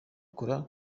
kandi